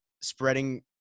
spreading